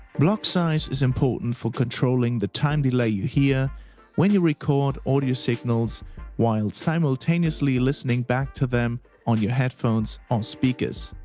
block size is important for controlling the time delay you hear when you record audio signals while simultaneously listening back to them on your headphones or speakers.